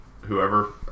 whoever